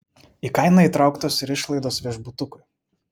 į kainą įtrauktos ir išlaidos viešbutukui